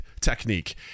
technique